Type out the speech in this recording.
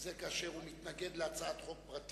וזה כאשר הוא מתנגד להצעת חוק פרטית,